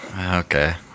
Okay